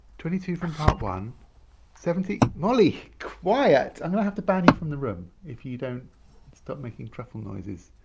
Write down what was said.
twenty two from part one seventy molly quiet i'm gonna have to ban you from the room if you don't stop making truffle noises